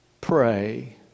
pray